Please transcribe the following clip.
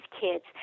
kids